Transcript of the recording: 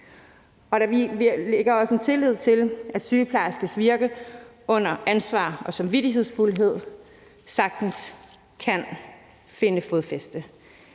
Vi fæster også lid til, at sygeplejerskers virke under ansvar og samvittighedsfuldhed sagtens kan finde fodfæste.